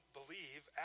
believe